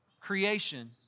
Creation